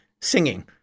singing